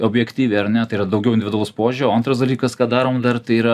objektyviai ar ne tai yra daugiau individualaus požiūrio antras dalykas ką darom dar tai yra